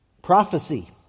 Prophecy